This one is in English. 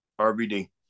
RBD